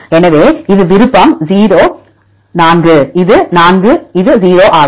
எனவே இது விருப்பம் 4 இது 0 ஆகும்